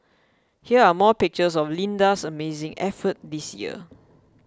here are more pictures of Linda's amazing effort this year